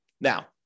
Now